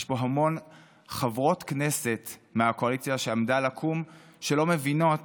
יש פה המון חברות כנסת מהקואליציה שעמדה לקום שלא מבינות